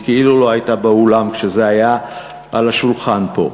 היא כאילו לא הייתה באולם כשזה היה על השולחן פה,